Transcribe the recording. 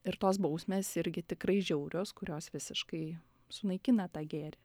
ir tos bausmės irgi tikrai žiaurios kurios visiškai sunaikina tą gėrį